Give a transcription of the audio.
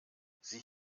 sieh